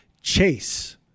Chase